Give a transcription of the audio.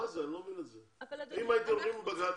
אם הייתם הולכים לבג"צ,